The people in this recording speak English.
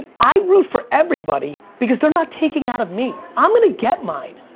i root for everybody because they're not taking out of me. i'm gonna get mine.